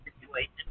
situation